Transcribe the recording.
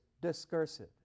discursive